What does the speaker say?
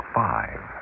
five